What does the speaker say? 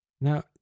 Now